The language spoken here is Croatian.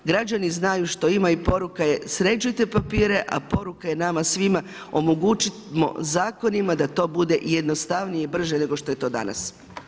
Građani znaju što ima i poruka je sređujte papire a poruka je nama svima omogućimo zakonima da to bude i jednostavnije i brže nego što je to danas.